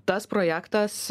tas projektas